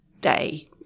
day